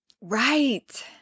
Right